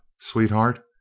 sweetheart